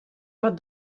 pot